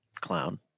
Clown